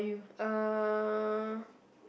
uh